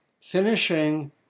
finishing